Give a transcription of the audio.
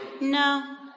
No